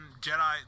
Jedi